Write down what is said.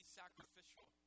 sacrificial